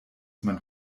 man